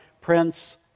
Prince